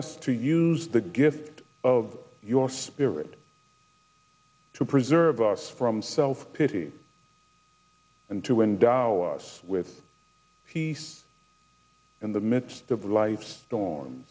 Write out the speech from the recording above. us to use the gift of your spirit to preserve us from self pity and to endow us with peace in the midst of life storm